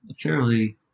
fairly